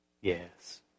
Yes